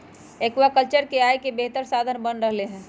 aquaculture आय के एक बेहतर साधन बन रहले है